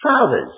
Fathers